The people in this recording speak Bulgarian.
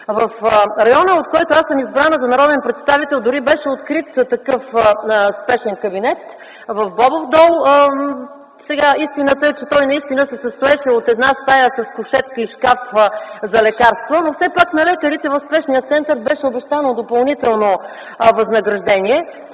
В района, от който аз съм избрана за народен представител, дори беше открит такъв спешен кабинет – в Бобов дол. Истината е, че той се състоеше от една стая с кушетка и шкаф за лекарства, но на лекарите в спешния център беше обещано допълнително възнаграждение.